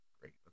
Great